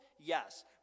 Yes